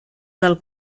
del